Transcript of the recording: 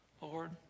Lord